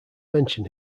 mention